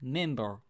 member